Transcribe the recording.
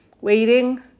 waiting